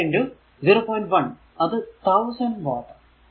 1 അത് 1000 വാട്ട്